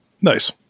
Nice